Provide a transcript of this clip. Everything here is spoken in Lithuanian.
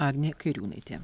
agnė kairiūnaitė